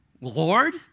Lord